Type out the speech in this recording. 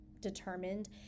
determined